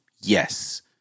yes